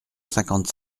cinquante